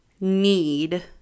need